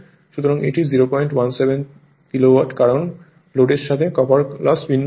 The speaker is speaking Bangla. সুতরাং এটি 0017 কিলোওয়াট কারণ লোডের সাথে কপার লস ভিন্ন হয়